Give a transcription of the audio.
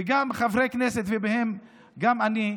וגם חברי כנסת, ובהם גם אני,